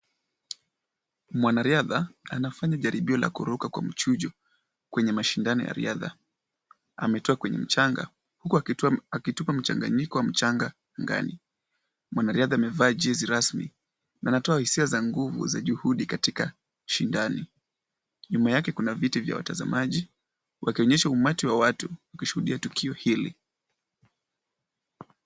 Mwanariadha anafanya jaribio la kuruka kwa mchujo kwenye mashindani ya riadha. Ametoa kwenye mchanga huku akitupa mchanganyiko wa mchanga angani. Mwanariadha amevaa jezi rasmi na anatoa hisia za nguvu za juhudi katika shindani. Nyuma yake kuna viti vya watazamaji wakionyesha umati wa watu wakishuhudia tukio hili.